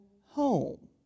home